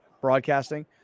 broadcasting